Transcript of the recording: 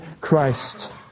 Christ